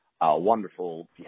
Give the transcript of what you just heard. wonderful